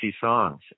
songs